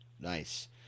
Nice